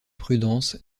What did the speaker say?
prudence